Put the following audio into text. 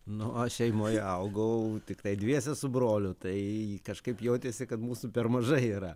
nu aš šeimoje augau tiktai dviese su broliu tai kažkaip jautėsi kad mūsų per mažai yra